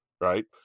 right